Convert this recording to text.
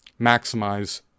maximize